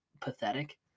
pathetic